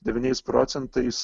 devyniais procentais